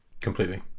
completely